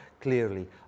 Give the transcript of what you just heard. clearly